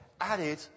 added